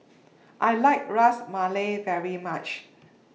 I like Ras Malai very much